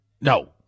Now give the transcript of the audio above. No